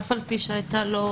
אף על פי שהייתה לו